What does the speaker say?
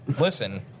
listen